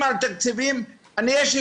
כמה